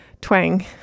twang